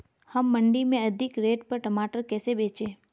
हम मंडी में अधिक रेट पर टमाटर कैसे बेचें?